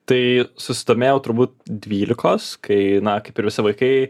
tai susidomėjau turbūt dvylikos kai na kaip ir visi vaikai